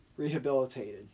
rehabilitated